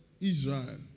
Israel